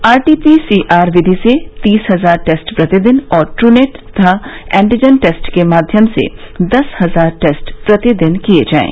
RT PCR विधि से तीस हजार टेस्ट प्रतिदिन और ट्रूनेट तथा एन्टीजन टेस्ट के माध्यम से दस हजार टेस्ट प्रतिदिन किये जायें